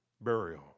burial